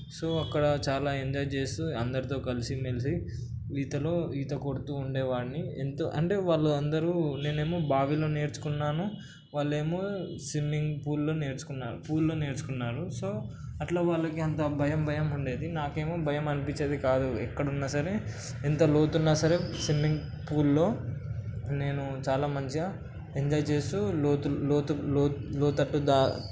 so అక్కడ చాలా enjoy చేస్తూ అందరితో కలిసి మెలిసి ఈతలో ఈత కొడుతూ ఉండేవాడిని ఎంతో అంటే వాళ్ళు అందరూ నేను ఏమో బావిలో నేర్చుకున్నాను వాళ్ళు ఏమో స్విమ్మింగ్ పూల్లో నేర్చుకున్నారు పూల్లో నేర్చుకున్నారు సో అట్లా వాళ్ళకి అంత భయం భయం ఉండేది నాకు ఏమో భయం అనిపించేది కాదు ఎక్కడున్నా సరే ఎంత లోతు ఉన్నా సరే స్విమ్మింగ్ పూల్లో నేను చాలా మంచిగా ఎంజాయ్ చేస్తూ లోతు లోతు లోతట్టు